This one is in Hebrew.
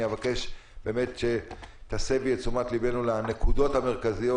אבקש שבאמת תסבי את תשומת לבנו לנקודות המרכזיות